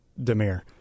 Demir